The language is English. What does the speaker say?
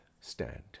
stand